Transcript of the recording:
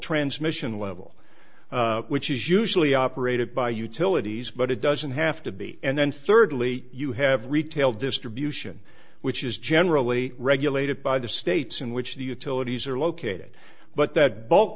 transmission level which is usually operated by utilities but it doesn't have to be and then thirdly you have retail distribution which is generally regulated by the states in which the utilities are located but that b